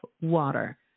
water